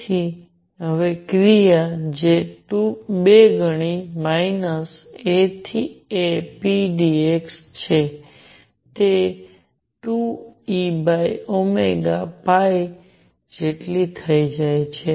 તેથી હવે ક્રિયા જે 2 ગણી માઇનસ A થી A p dx છે તે 2E જેટલી થઈ જાય છે